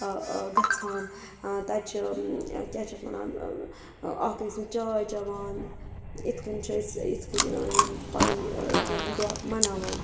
گَژھان تَتہِ چھِ کیٛاہ چھِ اَتھ وَنان اَکھ أکِۍ سٕنٛزۍ چاے چٮ۪وان یِتھ کٔنۍ چھِ أسۍ یِتھ کٔنۍ یِم پَنٕنۍ کینٛہہ دۄہ مَناوان